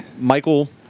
Michael